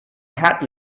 hat